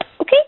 Okay